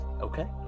Okay